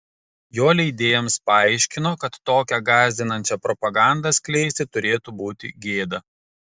jo leidėjams paaiškino kad tokią gąsdinančią propagandą skleisti turėtų būti gėda